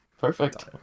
Perfect